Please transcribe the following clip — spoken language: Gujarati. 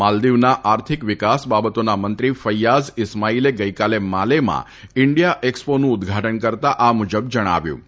માલદીવના આર્થિક વિકાસ બાબતોના મંત્રી ફૈયાઝ ઇસ્માઇલે ગઇકાલે માલેમાં ઇન્જિયા એક્ષ્પોનું ઉદઘાટન કર્તા આ મુજબ જણાવ્યું હતું